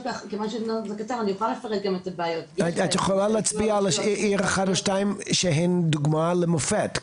את יכולה להצביע על עיר אחת או שתיים שהן דוגמה למופת.